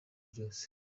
byose